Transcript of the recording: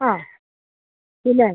ആ പിന്നെ